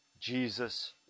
Jesus